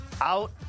out